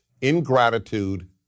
ingratitude